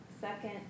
Second